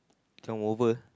come over